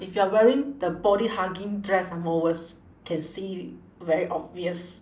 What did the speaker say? if you are wearing the body hugging dress ah more worse can see very obvious